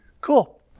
Cool